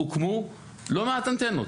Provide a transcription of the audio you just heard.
הוקמו לא מעט אנטנות.